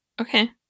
Okay